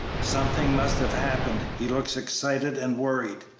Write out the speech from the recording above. something must have happened he looks excited and worried.